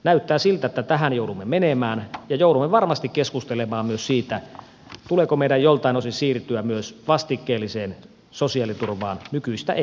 näyttää siltä että tähän joudumme menemään ja joudumme varmasti keskustelemaan myös siitä tuleeko meidän joiltain osin siirtyä myös vastikkeelliseen sosiaaliturvaan nykyistä enemmän